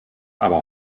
aber